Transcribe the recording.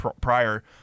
prior